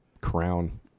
crown